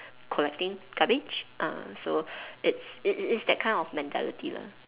collecting garbage ah so it's it it it's that kind of mentality lah